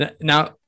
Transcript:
Now